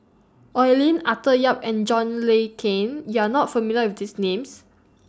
Oi Lin Arthur Yap and John Le Cain YOU Are not familiar with These Names